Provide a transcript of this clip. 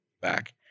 Back